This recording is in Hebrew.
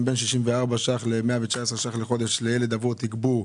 בין 64 ש"ח ל-119 ש"ח לחודש לילד עבור תגבור,